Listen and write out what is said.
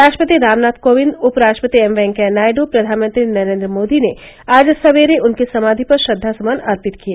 राष्ट्रपति राम नाथ कोविंद उपराष्ट्रपति एम वेंकैया नायडू प्रधानमंत्री नरेन्द्र मोदी ने आज संवेरे उनकी समाधि पर श्रद्वासुमन अर्पित किए